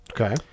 Okay